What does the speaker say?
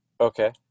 Okay